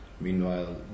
Meanwhile